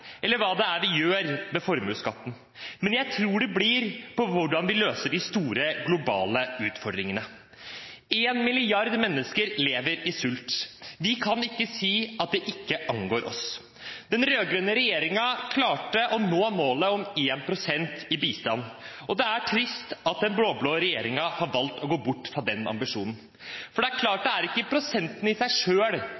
eller på hva vi gjør med formuesskatten. Jeg tror det blir på hvordan vi løser de store globale utfordringene. 1 milliard mennesker lever i sult. Vi kan ikke si at det ikke angår oss. Den rød-grønne regjeringen klarte å nå målet om 1 pst. i bistand, og det er trist at den blå-blå regjeringen har valgt å gå bort fra den ambisjonen. Det er klart